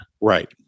right